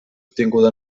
obtinguda